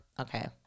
Okay